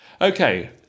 Okay